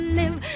live